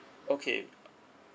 okay